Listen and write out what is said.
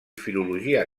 filologia